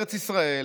"בארץ ישראל